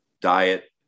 diet